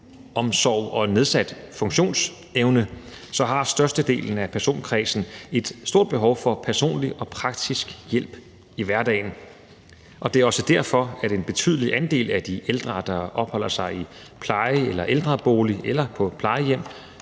egenomsorg og nedsat funktionsevne har størstedelen af personkredsen et stort behov for personlig og praktisk hjælp i hverdagen. Det er også derfor, at en betydelig andel af de ældre, der opholder sig i pleje- eller ældrebolig eller på plejehjem,